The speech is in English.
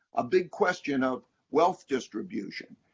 a big question of wealth distribution,